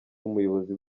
umuyobozi